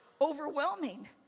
Overwhelming